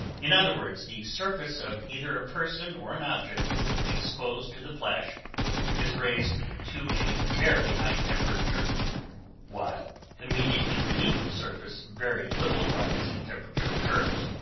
in other words the surface of either a person or an object exposed to the flash is raised to a very high temperature while immediately beneath the surface very little rise in temperature occurs.